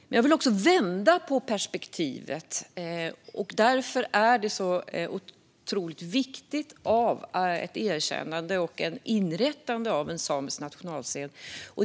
Men det finns fler perspektiv, och därför är ett erkännande och ett inrättande av en samisk nationalscen så viktigt.